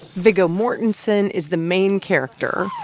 viggo mortensen is the main character.